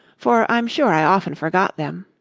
for i'm sure i often forgot them.